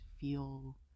feel